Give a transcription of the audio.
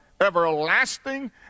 everlasting